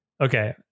Okay